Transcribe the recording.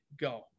go